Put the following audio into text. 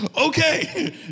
okay